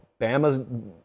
Bama's